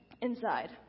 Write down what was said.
inside